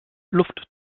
luft